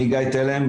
אני גיא תלם,